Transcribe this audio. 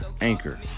Anchor